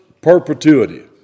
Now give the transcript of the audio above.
perpetuity